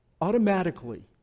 automatically